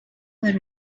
were